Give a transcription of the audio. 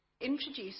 introduced